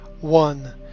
one